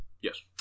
Yes